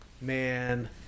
man